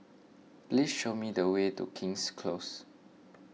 please show me the way to King's Close